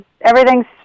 everything's